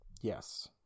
Yes